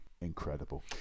incredible